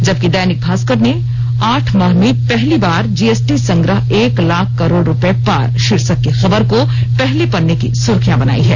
जबकि दैनिक भास्कर ने आठ माह में पहली बार जीएसटी संग्रह एक लाख करोड़ रूपये पार शीर्षक की खबर को पहले पन्ने की सुर्खिया बनायी हैं